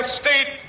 state